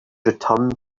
returned